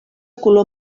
color